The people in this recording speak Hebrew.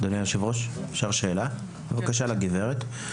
אדוני היושב ראש אפשר שאלה בבקשה לגברת?